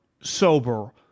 sober